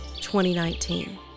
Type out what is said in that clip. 2019